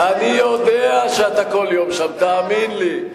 אני יודע שאתה כל יום שם, תאמין לי.